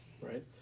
right